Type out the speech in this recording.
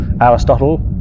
Aristotle